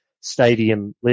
stadium